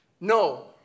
No